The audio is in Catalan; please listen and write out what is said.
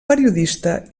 periodista